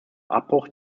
abbruch